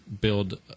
build